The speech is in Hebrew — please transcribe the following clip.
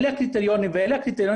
המקצועיות להוסיף נציג או נציגת ציבור